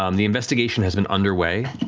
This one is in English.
um the investigation has been underway,